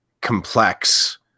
complex